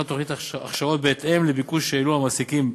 תוכנית הכשרות בהתאם לביקוש שהעלו מעסיקים.